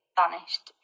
vanished